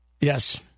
Yes